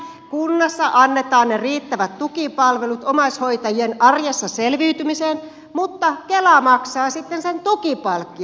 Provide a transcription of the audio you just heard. kunnassa annetaan ne riittävät tukipalvelut omaishoitajien arjessa selviytymiseen mutta kela maksaa sitten sen tukipalkkion